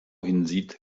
hinsieht